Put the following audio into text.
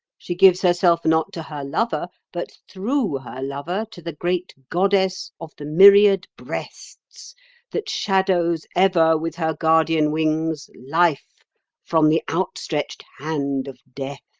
she gives herself not to her lover, but through her lover to the great goddess of the myriad breasts that shadows ever with her guardian wings life from the outstretched hand of death.